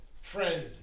friend